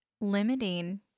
limiting